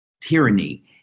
tyranny